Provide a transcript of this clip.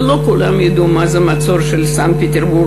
ולא כולם ידעו מה זה המצור של סנט-פטרסבורג,